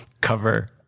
cover